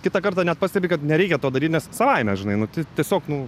kitą kartą net pastebi kad nereikia to daryt nes savaime žinai nu tiesiog nu